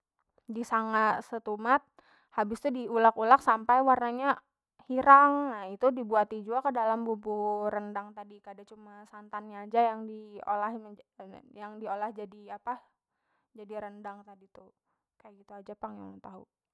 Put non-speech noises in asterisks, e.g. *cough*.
Disanga setumat habis tu di ulek- ulek sampai warna nya hirang na itu dibuati jua ke dalam bubur rendang tadi kada cuma santan nya aja yang di olah *hesitation* yang diolah jadi apah jadi rendang tadi tu kaya gitu aja pang yang ulun tahu.